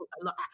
look